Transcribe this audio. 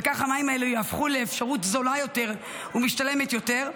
וכך המים האלה יהפכו לאפשרות זולה יותר ומשתלמת יותר.